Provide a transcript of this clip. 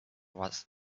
was